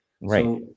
Right